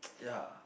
ya